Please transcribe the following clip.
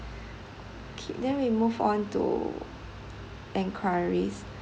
K then we move on to enquiries